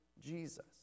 Jesus